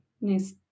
nice